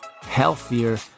healthier